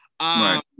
Right